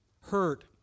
Hurt